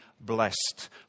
blessed